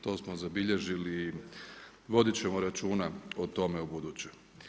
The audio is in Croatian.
To smo zabilježili i voditi ćemo računa o tome ubuduće.